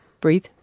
breathe